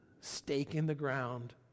stake-in-the-ground